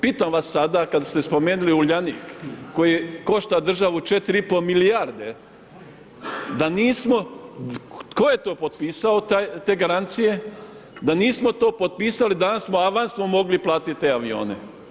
Pitam vas sada kada ste spomenuli Uljanik, koji je koštao državu 4,5 milijarde, da nismo, tko je to potpisao te garancije, da nismo to potpisali, danas, avans smo mogli platiti te avione.